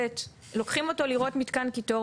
לוקחים אותו לראות מתקן קיטור.